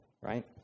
right